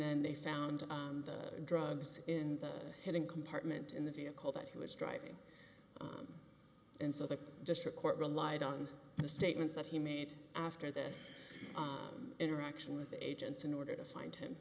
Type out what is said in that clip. then they found the drugs in the hidden compartment in the vehicle that he was driving on and so the district court relied on the statements that he made after this interaction with agents in order to find him